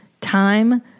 time